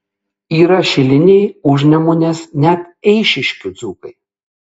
yra šiliniai užnemunės net eišiškių dzūkai